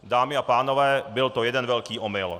Dámy a pánové, byl to jeden velký omyl.